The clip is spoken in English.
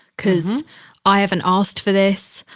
cause i haven't asked for this.